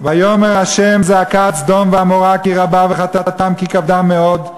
"ויאמר ה' זעקת סדֹם ועמֹרה כי רבה וחטאתם כי כבדה מאד.